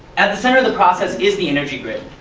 at the center of the process is the energy grid.